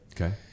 Okay